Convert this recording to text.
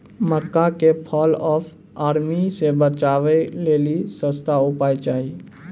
मक्का के fall of army से बचाबै लेली सस्ता उपाय चाहिए?